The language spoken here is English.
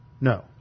No